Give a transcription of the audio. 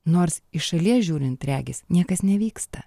nors iš šalies žiūrint regis niekas nevyksta